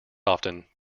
often